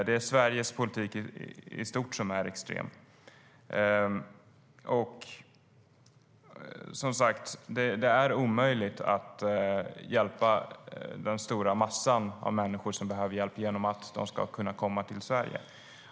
Det är ju Sveriges politik i stort som är extrem. Det är omöjligt att hjälpa den stora massan av människor som behöver hjälp genom att de ska kunna komma till Sverige.